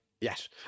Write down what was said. yes